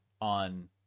on